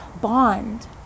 bond